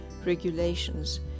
regulations